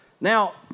Now